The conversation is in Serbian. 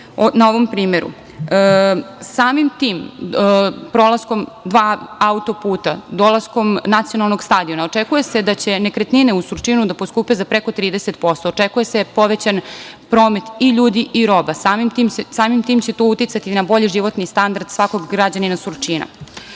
na ovom primeru. Samim tim prolaskom dva autoputa, dolaskom nacionalnog stadiona, očekuje se da će nekretnine u Surčinu da poskupe preko 30%. Očekuje se povećan promet i ljudi i roba, samim tim to će uticati na bolji životni standard svakog građanina Surčina. Treći